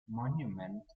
monument